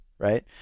right